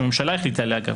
שהממשלה החליטה עליה אגב,